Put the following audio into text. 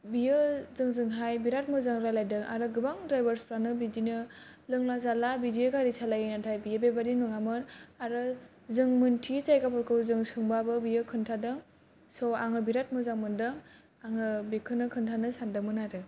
बियो जोंजों हाय बिराथ मोजां रायलायदों आरो गोबां द्राइबारसफ्रानो बिदिनो लोंला जाला बिदि गारि सालायो नाथाय बियो बिबादि नङामोन आरो जों मोनथियै जायगोफोरखौ जों सोंबाबो बियो खोनथादों स' आङो बिराथ मोजां मोनदों आङो बेखोनो खोनथानो सानदोंमोन आरो